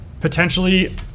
potentially